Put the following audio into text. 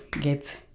get